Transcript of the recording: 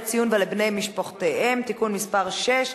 ציון ולבני משפחותיהם (תיקון מס' 6),